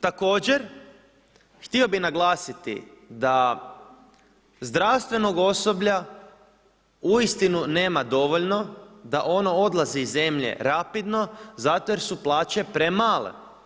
Također, htio bih naglasiti da zdravstvenog osoblja uistinu nema dovoljno da ono odlazi iz zemlje rapidno zato jer su plaće premale.